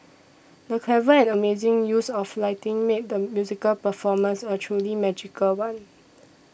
the clever and amazing use of lighting made the musical performance a truly magical one